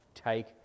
Take